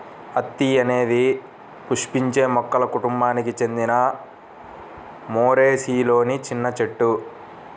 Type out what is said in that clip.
అత్తి అనేది పుష్పించే మొక్కల కుటుంబానికి చెందిన మోరేసిలోని చిన్న చెట్టు